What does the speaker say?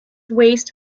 waste